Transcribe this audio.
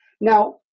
Now